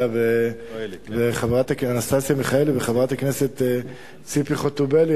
מיכאלי וחברת הכנסת ציפי חוטובלי,